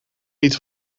niet